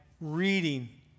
reading